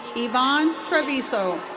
ivan trevizo.